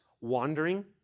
wandering